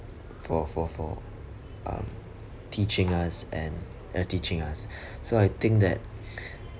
um for for for um teaching us and uh teaching us so I think that